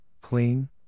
clean